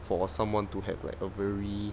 for someone to have like a very